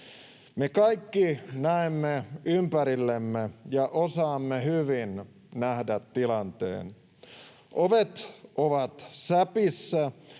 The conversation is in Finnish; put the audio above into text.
Me kaikki näemme ympärillemme ja osaamme hyvin nähdä tilanteen. Ovet ovat säpissä,